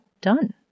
done